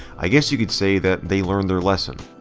i guess you can say that they learned their lesson.